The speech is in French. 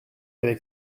avec